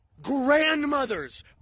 Grandmothers